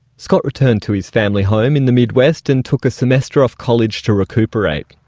scott returned to his family home in the midwest and took a semester off college to recuperate.